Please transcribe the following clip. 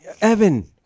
Evan